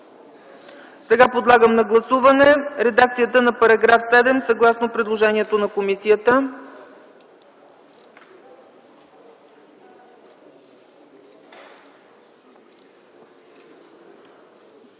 Подлагам на гласуване редакцията на чл. 7, съгласно предложението на комисията.